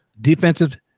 Defensive